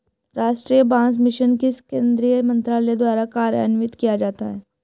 राष्ट्रीय बांस मिशन किस केंद्रीय मंत्रालय द्वारा कार्यान्वित किया जाता है?